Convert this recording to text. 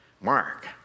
Mark